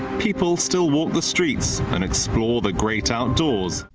people still walk the streets and explore the great outdoors.